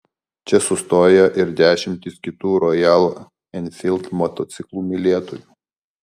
čia sustoja ir dešimtys kitų rojal enfild motociklų mylėtojų